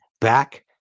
back